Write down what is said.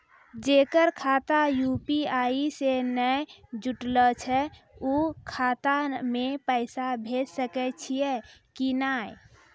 जेकर खाता यु.पी.आई से नैय जुटल छै उ खाता मे पैसा भेज सकै छियै कि नै?